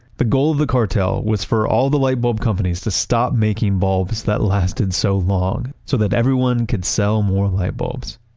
the goal of the cartel was for all the light bulb companies to stop making bulbs that lasted so long so that everyone could sell more light bulbs.